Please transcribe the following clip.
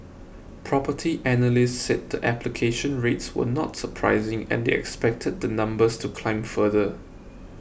Property Analysts said the application rates were not surprising and they expected the numbers to climb further